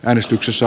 äänestyksessä